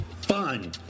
fun